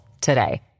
today